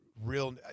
Real